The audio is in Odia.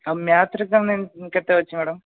ଆଉ ମ୍ୟାଥ୍ ରେ କ'ଣ କେତେ ଅଛି ମ୍ୟାଡ଼ାମ